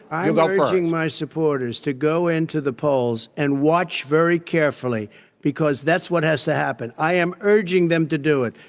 i am urging my supporters to go into the polls and watch very carefully because that's what has to happen. i am urging them to do it.